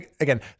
Again